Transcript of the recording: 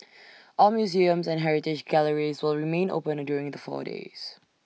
all museums and heritage galleries will remain open during the four days